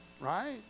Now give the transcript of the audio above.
Right